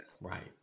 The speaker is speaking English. Right